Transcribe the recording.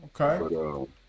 Okay